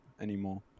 anymore